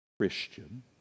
Christian